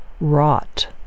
wrought